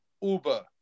Uber